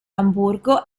amburgo